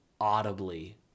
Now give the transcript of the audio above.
audibly